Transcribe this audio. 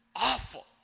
Awful